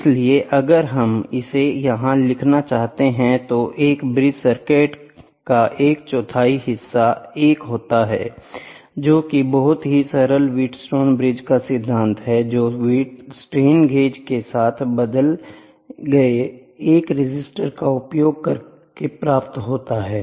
इसलिए अगर हम इसे यहां लिखना चाहते थे तो एक ब्रिज सर्किट का एक चौथाई हिस्सा 1होता है जो कि बहुत ही सरल व्हीटस्टोन ब्रिज का सिद्धांत है जो स्ट्रेन गेज के साथ बदले गए 1 रेसिस्टर का उपयोग करता है